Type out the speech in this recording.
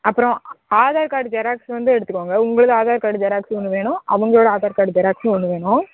அப்புறோம் Aadhaar card xerox வந்து எடுத்துக்கோங்க உங்களோடய ஆதார் கார்டு ஜெராக்ஸ் ஒன்று வேணும் அவங்களோட ஆதார் கார்டு ஜெராக்ஸ்ஸும் ஒன்று வேணும்